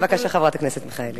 בבקשה, חברת הכנסת מיכאלי.